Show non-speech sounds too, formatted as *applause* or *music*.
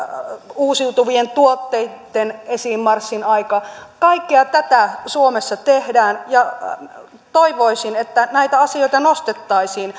uusiutuvien tuotteitten esiinmarssin aika kaikkea tätä suomessa tehdään ja toivoisin että näitä asioita nostettaisiin *unintelligible*